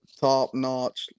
top-notch